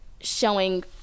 showing